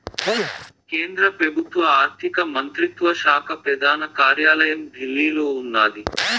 కేంద్ర పెబుత్వ ఆర్థిక మంత్రిత్వ శాక పెదాన కార్యాలయం ఢిల్లీలో ఉన్నాది